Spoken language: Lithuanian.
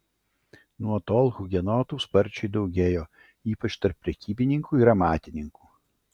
nuo tol hugenotų sparčiai daugėjo ypač tarp prekybininkų ir amatininkų